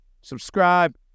subscribe